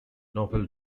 novel